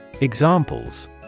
Examples